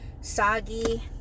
soggy